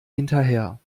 hinterher